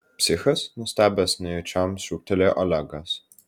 psichas nustebęs nejučiom šūktelėjo olegas